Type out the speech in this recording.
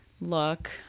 look